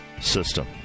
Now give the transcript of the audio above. system